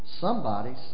somebody's